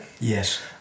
yes